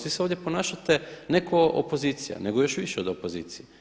Vi se ovdje ponašate ne kao opozicija, nego još više od opozicije.